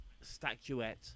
statuette